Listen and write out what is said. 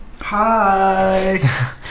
Hi